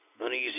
Uneasy